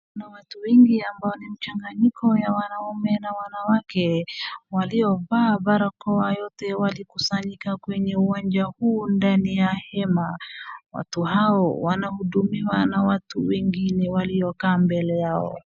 Kuna watu wengi ambao ni mchanganyiko ya wanaume na wanawake waliovaa barakoa yote walikusanyika kwenye uwanja huu ndani ya hema. Watu hao wanhudumiwa na watu wengine waliokaa mbele yao.